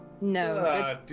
No